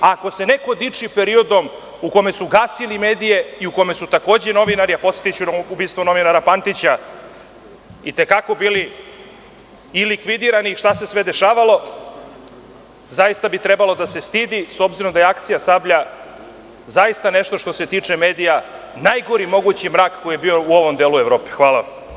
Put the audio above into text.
Ako se neko diči periodom u kome su gasili medije i u kome su takođe novinari, a podsetiću na ubistvo novinara Pantića, i te kako bili i likvidirani i šta se sve dešavalo, zaista bi trebalo da se stidi, s obzirom da je akcija „Sablja“ zaista što se tiče medija najgori mogući mrak koji je bio u ovom delu Evrope. hvala.